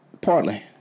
Partly